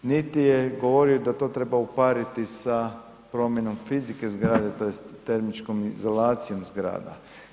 Niti je govorio da to treba upariti sa promjenom fizike zgrade tj. termičkom izolacijom zgrada.